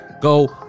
go